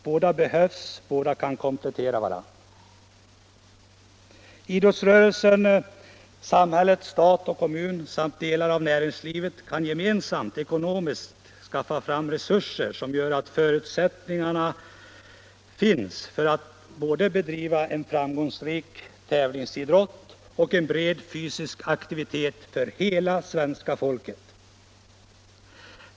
Båda behövs, de bör komplettera varandra. Idrottsrörelsen, staten, kommunerna och delar av näringslivet kan gemensamt skaffa fram de ekonomiska resurser som behövs både för en framgångsrik tävlingsidrott och för ökad breddidrott för hela svenska folket.